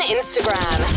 Instagram